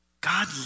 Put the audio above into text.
God